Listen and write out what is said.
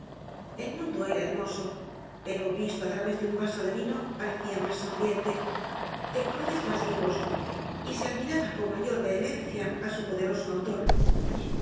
el mundo era hermoso pero visto á través de un vaso de vino parecia más sonriente de coloree más vivos y se admiraba con mayor vehemencia á su pcderoeo autor